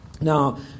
Now